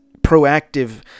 proactive